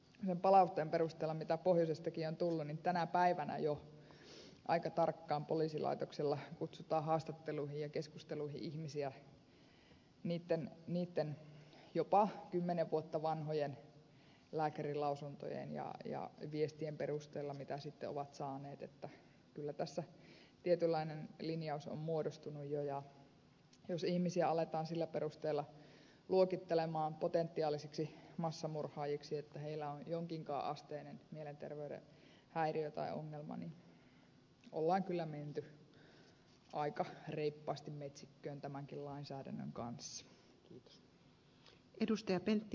sen palautteen perusteella mitä pohjoisestakin on tullut tänä päivänä jo aika tarkkaan poliisilaitoksella kutsutaan haastatteluihin ja keskusteluihin ihmisiä niitten jopa kymmenen vuotta vanhojen lääkärinlausuntojen ja viestien perusteella mitä sitten ovat saaneet niin että kyllä tässä tietynlainen linjaus on muodostunut jo ja jos ihmisiä aletaan sillä perusteella luokitella potentiaalisiksi massamurhaajiksi että heillä on jonkinkaan asteinen mielenterveyden häiriö tai ongelma on kyllä menty aika reippaasti metsikköön tämänkin lainsäädännön kanssa